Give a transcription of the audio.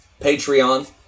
Patreon